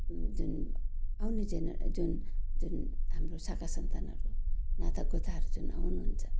जुन आउने जेनर् जुन जुन हाम्रो शाखा सन्तानहरू नाता गोताहरू जुन आउनुहुन्छ